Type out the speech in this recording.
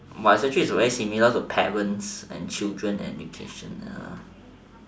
but it's actually very similar to parents and children education